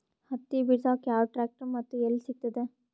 ಹತ್ತಿ ಬಿಡಸಕ್ ಯಾವ ಟ್ರ್ಯಾಕ್ಟರ್ ಮತ್ತು ಎಲ್ಲಿ ಸಿಗತದ?